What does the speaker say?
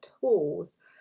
tools